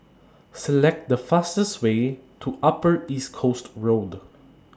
Select The fastest Way to Upper East Coast Road